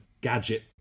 gadget